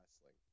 wrestling